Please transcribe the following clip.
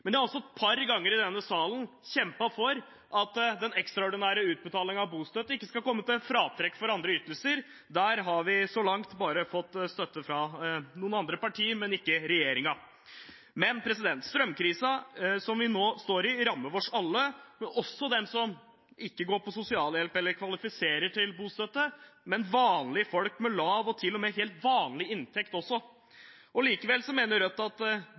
har også et par ganger i denne salen kjempet for at den ekstraordinære utbetalingen av bostøtte ikke skal komme til fratrekk for andre ytelser. Der har vi, så langt, bare fått støtte fra noen andre partier, men ikke fra regjeringen. Strømkrisen som vi nå står i, rammer oss alle, også dem som ikke går på sosialhjelp eller kvalifiserer til bostøtte, men vanlige folk med lave og til og med helt vanlige inntekter. Likevel mener Rødt at